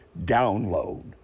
download